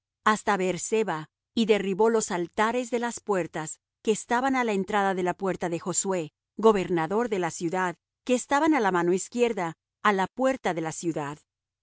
hasta beer-seba y derribó los altares de las puertas que estaban á la entrada de la puerta de josué gobernador de la ciudad que estaban á la mano izquierda á la puerta de la ciudad